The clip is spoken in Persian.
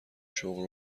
شغل